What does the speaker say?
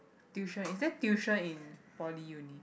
tuition is there tuition in poly uni